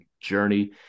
journey